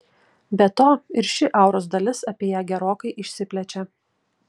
be to ir ši auros dalis apie ją gerokai išsiplečia